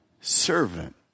servant